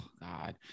God